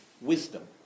wisdom